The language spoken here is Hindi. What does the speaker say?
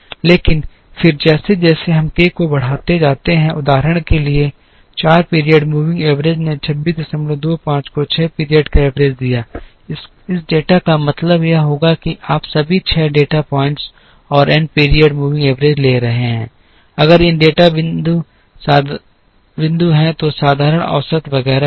लेकिन फिर जैसे जैसे हम k को बढ़ाते जाते हैं उदाहरण के लिए 4 पीरियड मूविंग एवरेज ने 2625 को 6 पीरियड का एवरेज दिया इस डेटा का मतलब यह होगा कि आप सभी 6 डेटा पॉइंट्स और n पीरियड मूविंग एवरेज ले रहे हैं अगर एन डेटा बिंदु हैं तो साधारण औसत वगैरह होगा